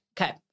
Okay